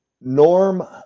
Norm